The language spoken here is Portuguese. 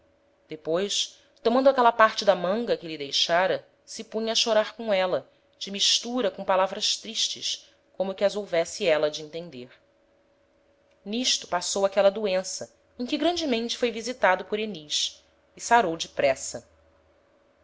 depois tomando aquela parte da manga que lhe deixára se punha a chorar com éla de mistura com palavras tristes como que as houvesse éla de entender n'isto passou aquela doença em que grandemente foi visitado por enis e sarou depressa